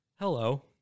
Hello